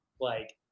like-